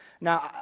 Now